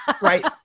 Right